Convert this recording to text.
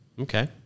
Okay